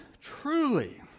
truly